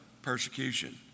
persecution